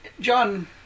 John